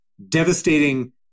Devastating